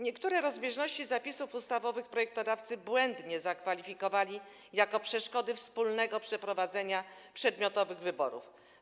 Niektóre rozbieżności zapisów ustawowych projektodawcy błędnie zakwalifikowali jako przeszkody w zakresie wspólnego przeprowadzenia przedmiotowych wyborów.